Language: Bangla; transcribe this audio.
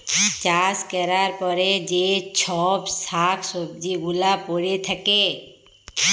চাষ ক্যরার পরে যে চ্ছব শাক সবজি গুলা পরে থাক্যে